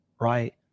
right